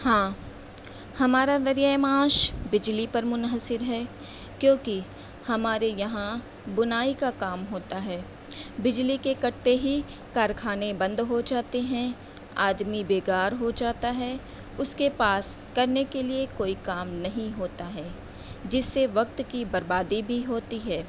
ہاں ہمارا ذریعہ معاش بجلی پر منحصر ہے کیونکہ ہمارے یہاں بنائی کا کام ہوتا ہے بجلی کے کٹتے ہی کارخانے بند ہو جاتے ہیں آدمی بیکار ہو جاتا ہے اس کے پاس کرنے کے لیے کوئی کام نہیں ہوتا ہے جس سے وقت کی بربادی بھی ہوتی ہے